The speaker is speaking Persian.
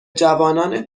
جوانان